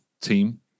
team